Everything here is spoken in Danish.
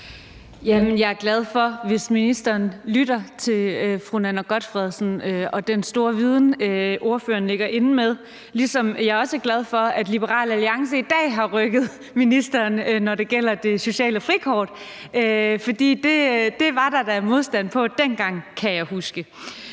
Jeg er glad for, hvis ministeren lytter til fru Nanna W. Gotfredsen og den store viden, ordføreren ligger inde med, ligesom jeg også er glad for, at Liberal Alliance i dag har rykket på ministeren, når det gælder det sociale frikort. For det var der da modstand mod dengang, kan jeg huske.